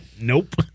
Nope